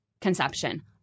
conception